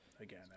again